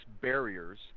barriers